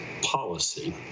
policy